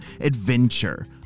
adventure